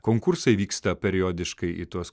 konkursai vyksta periodiškai į tuos